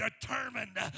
determined